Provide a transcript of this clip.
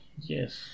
Yes